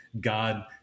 God